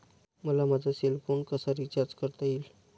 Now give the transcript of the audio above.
मला माझा cell phone कसा रिचार्ज करता येईल?